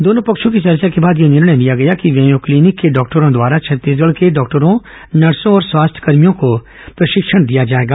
दोनों पक्षों की चर्चा के बाद यह निर्णय लिया गया कि मेयो क्लिनिक के डॉक्टरों द्वारा छत्तीसगढ के डॉक्टरों नर्सों और स्वास्थ्यकर्भियों को प्रशिक्षण दिया जायेगा